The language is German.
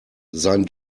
sein